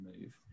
move